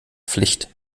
pflicht